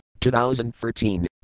2013